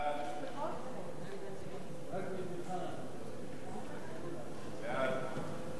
חוק נכסים של נספי השואה (השבה ליורשים והקדשה למטרות סיוע